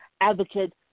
advocate